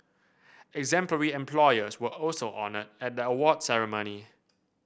exemplary employers were also honoured at the award ceremony